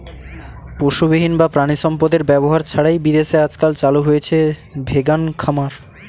পশুবিহীন বা প্রানীসম্পদ এর ব্যবহার ছাড়াই বিদেশে আজকাল চালু হয়েছে ভেগান খামার